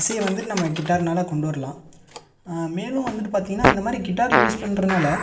இசையை வந்து நம்ம கிட்டார்னால் கொண்டு வரலாம் மேலும் வந்துட்டு பார்த்தீங்கன்னா இந்த மாதிரி கிட்டார் யூஸ் பண்ணுறனால